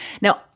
Now